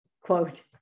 quote